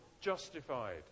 justified